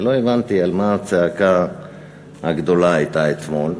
ולא הבנתי על מה הצעקה הגדולה הייתה אתמול,